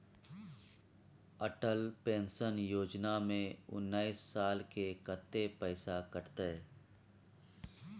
Atal pension योजना में उनैस साल के कत्ते पैसा कटते?